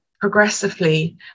progressively